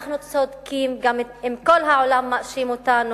אנחנו צודקים גם אם כל העולם מאשים אותנו,